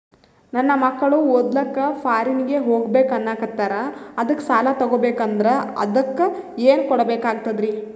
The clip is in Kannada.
ನನ್ನ ಮಕ್ಕಳು ಓದ್ಲಕ್ಕ ಫಾರಿನ್ನಿಗೆ ಹೋಗ್ಬಕ ಅನ್ನಕತ್ತರ, ಅದಕ್ಕ ಸಾಲ ತೊಗೊಬಕಂದ್ರ ಅದಕ್ಕ ಏನ್ ಕೊಡಬೇಕಾಗ್ತದ್ರಿ?